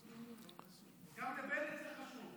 גם לבנט זה חשוב.